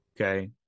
Okay